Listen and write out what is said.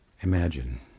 Imagine